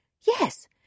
Yes